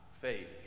faith